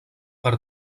per